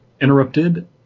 interrupted